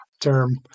term